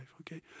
okay